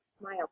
smile